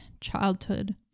childhood